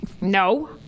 no